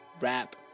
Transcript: rap